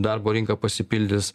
darbo rinka pasipildys